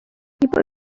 people